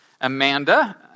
Amanda